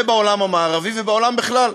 ובעולם המערבי ובעולם בכלל,